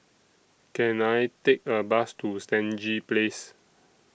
Can I Take A Bus to Stangee Place